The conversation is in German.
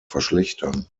verschlechtern